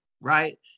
right